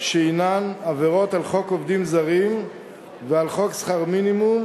שהן עבירות על חוק עובדים זרים ועל חוק שכר מינימום,